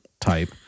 type